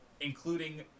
including